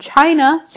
China